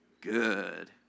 good